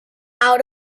out